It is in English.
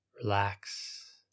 relax